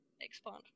expand